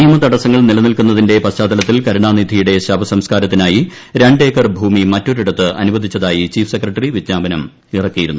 നിയമതടസ്സങ്ങൾ നിലനിൽക്കുന്നതിന്റെ പശ്ചാത്തലത്തിൽ കരുണാനിധിയുടെ ശവസംസ്ക്കാരത്തിനായി രണ്ടേക്കർ ഭൂമി മറ്റൊരിടത്ത് അനുവദിച്ചതായി ചീഫ് സെക്രട്ടറി വിജ്ഞാപനം ഇറക്കിയിരുന്നു